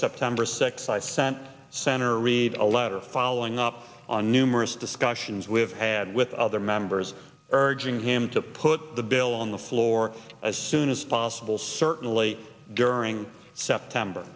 september six i sent center read a letter following up on numerous discussions we have had with other members urging him to put the bill on the floor as soon as possible certainly during september